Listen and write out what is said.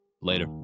Later